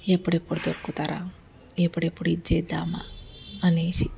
ఎప్పుడెప్పుడు దొరుకుతరా ఎప్పుడెప్పుడు ఇచ్చేద్దామా అనేసి